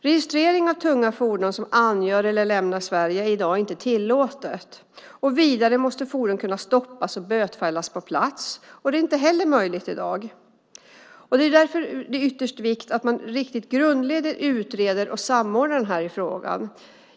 Registrering av tunga fordon som angör eller lämnar Sverige är i dag inte tillåten. Vidare måste fordon kunna stoppas och bötfällas på plats, och det är inte heller möjligt i dag. Det är därför av yttersta vikt att man riktigt grundligt utreder och samordnar i den här frågan.